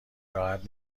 راحت